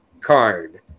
card